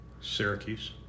Syracuse